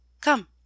Come